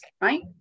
right